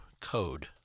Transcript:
code